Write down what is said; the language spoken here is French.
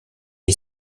est